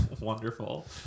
Wonderful